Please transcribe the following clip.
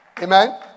amen